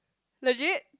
legit